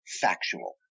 factual